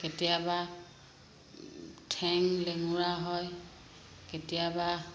কেতিয়াবা ঠেং লেঙুৰা হয় কেতিয়াবা